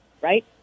right